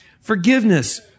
Forgiveness